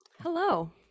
Hello